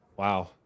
wow